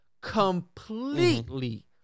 completely